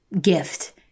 gift